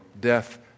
death